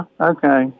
okay